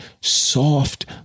soft